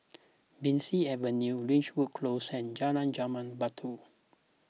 Bee San Avenue Ridgewood Close and Jalan Jambu Batu